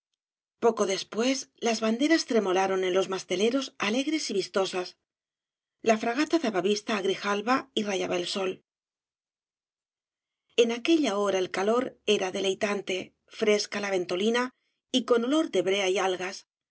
poco después las banderas tremolaron en los masteleros alegres y vistosas la fragata daba vista á grijalba y rayaba el sol en aquella hora el calor era deleitante fresca la ventolina y con olor de brea y algas